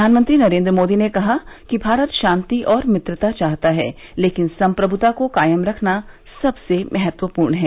प्रधानमंत्री नरेन्द्र मोदी ने कहा कि भारत शांति और मित्रतता चाहता है लेकिन सम्प्रभुता को कायम रखना सबसे महत्वपूर्ण है